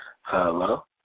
Hello